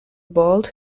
bolt